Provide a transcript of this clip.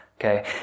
Okay